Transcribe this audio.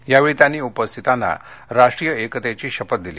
यावेळी त्यांनी उपस्थितांना राष्ट्रीय एकतेची शपथ दिली